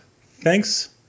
Thanks